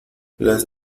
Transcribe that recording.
las